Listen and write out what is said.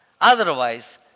Otherwise